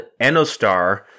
Enostar